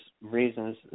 reasons